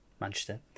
Manchester